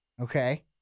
Okay